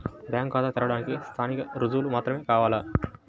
Bank ఖాతా తెరవడానికి స్థానిక రుజువులు మాత్రమే కావాలా?